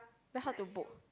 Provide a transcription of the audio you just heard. very hard to book